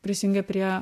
prisijungė prie